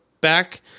back